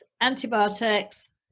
antibiotics